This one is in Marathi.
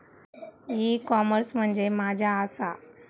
ई कॉमर्स म्हणजे मझ्या आसा?